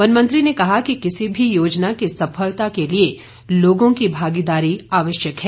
one मंत्री ने कहा कि किसी भी योजना की सफलता के लिए लोगों की भागीदारी आवश्यक है